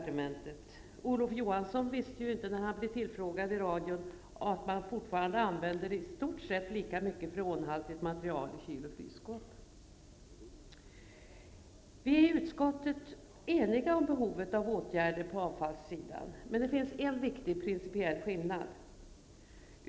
Olof Johansson visste ju inte, när han blev tillfrågad i radion, att man fortfarande använder i stort sett lika mycket freonhaltigt material i kyl och frysskåp. Vi är eniga i utskottet om behovet av åtgärder på avfallssidan. Men det finns en viktig principiell skillnad.